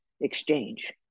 exchange